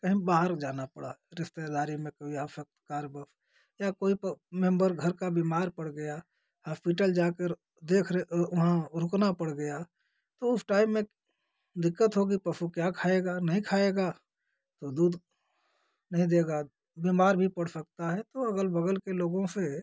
कहीं बाहर जाना पड़ा रिश्तेदारी में कोई आफ़त कार बस या कोई को मेम्बर घर का बीमार पर गया हॉस्पिटल जाकर देखरे वहाँ रुकना पर गया तो उस टाइम में दिक्कत होगी पशु क्या खाएगा नहीं खाएगा तो दूध नहीं देगा बीमार भी पर सकता है तो अगल बगल के लोगों से